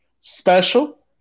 special